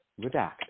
redact